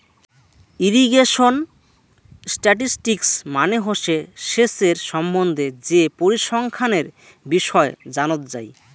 irrigation statistics মানে হসে সেচের সম্বন্ধে যে পরিসংখ্যানের বিষয় জানত যাই